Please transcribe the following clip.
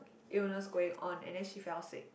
illness going on and then she fell sick